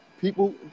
People